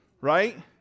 right